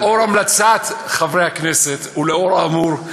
לאור המלצת חברי הכנסת ולאור האמור,